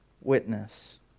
witness